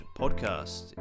podcast